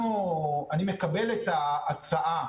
אני מקבל את ההצעה